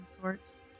sorts